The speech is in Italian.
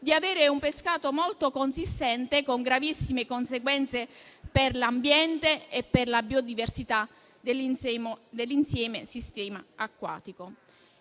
di avere un pescato molto consistente, con gravissime conseguenze per l'ambiente e per la biodiversità del sistema acquatico.